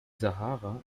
sahara